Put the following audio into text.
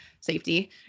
safety